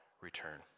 return